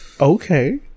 Okay